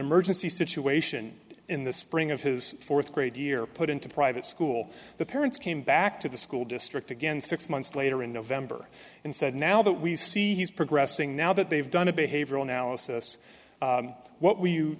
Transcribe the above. emergency situation in the spring of his fourth grade year put into private school the parents came back to the school district again six months later in november and said now that we see he's progressing now that they've done a behavioral analysis what we